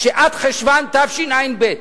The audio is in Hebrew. שעד חשוון תשע"ב,